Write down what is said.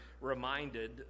reminded